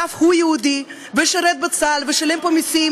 שאף הוא יהודי ושירת בצה"ל ושילם פה מסים,